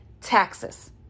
taxes